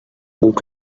guk